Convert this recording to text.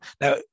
now